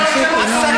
תתבייש לך.